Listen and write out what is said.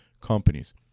companies